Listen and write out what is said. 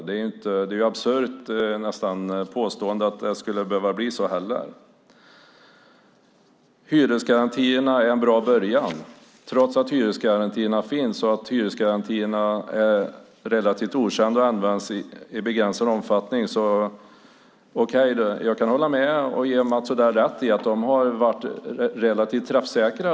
Det är nästan absurt att påstå att det skulle behöva bli så. Hyresgarantierna är en bra början. Trots att hyresgarantierna är relativt okända och används i begränsad omfattning kan jag ge Mats Odell rätt i att de har varit relativt träffsäkra.